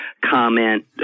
comment